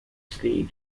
sea